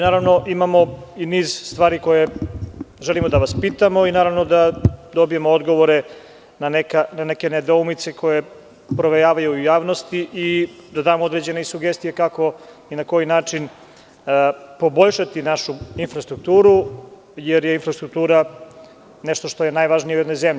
Naravno, imamo i niz stvari koje želimo da vas pitamo i da dobijemo odgovore na neke nedoumice koje provejavaju u javnosti i da damo određene sugestije kako i na koji način poboljšati našu infrastrukturu, jer je infrastruktura nešto što je najvažnije u jednoj zemlji.